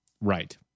Right